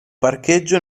parcheggio